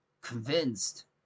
convinced